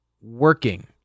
working